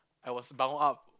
I was boud up